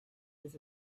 his